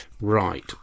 Right